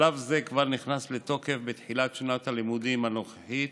שלב זה כבר נכנס לתוקף בתחילת שנת הלימודים הנוכחית,